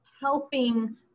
helping